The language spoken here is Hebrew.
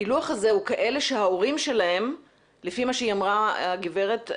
הפילוח הזה הוא כאלה שההורים שלהם לפי מה שאמרה הגברת,